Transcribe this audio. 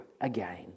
again